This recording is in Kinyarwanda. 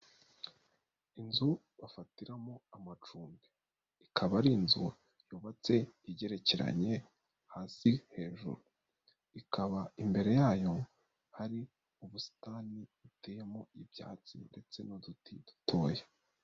Inzu bafatiramo amacumbi, ikaba ari inzu yubatse igerekeranye hasi hejuru, ikaba imbere yayo hari ubusitani buteyemo ibyatsi ndetse n'uduti dutoya.